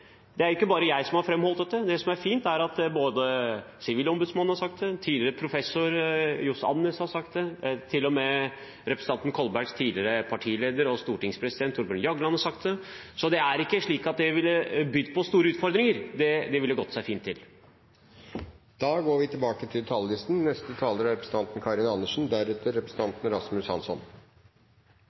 grunnlovsbestemmelser vil jo da tolkes slik nye grunnlovsbestemmelser tolkes i vår egen samtids bokmål, og da skriver man forarbeider om dette, og de vil da tolkes i lys av dette – det er ingen utfordring. Det er ikke bare jeg som har framholdt dette. Det som er fint, er at både sivilombudsmannen og tidligere professor Johs. Andenæs har sagt det. Til og med representanten Kolbergs tidligere partileder og stortingspresident, Thorbjørn Jagland, har sagt det. Så dette ville ikke bydd på store utfordringer; det ville gått